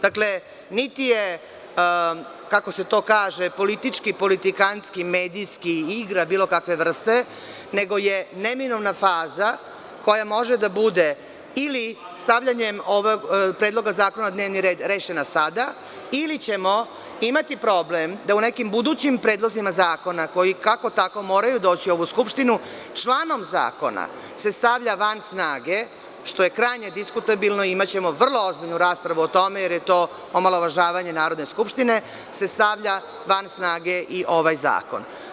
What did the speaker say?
Dakle, niti je, kako se to kaže, politički, politikanski, medijski i igra bilo kakve vrste, nego je neminovna faza koja može da bude ili stavljanjem ovog predloga zakona na dnevni red rešena sada ili ćemo imati problem da u nekim budućim predlozima zakona, koji kako tako moraju doći u ovu Skupštinu, članom zakona se stavlja van snage, što je krajnje diskutabilno, imaćemo vrlo ozbiljnu raspravu o tome, jer je to omalovažavanje Narodne skupštine, i ovaj zakon.